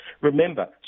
Remember